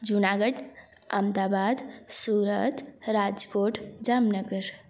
Junagadh Ahmedabad Surat Rajkot Jamnagar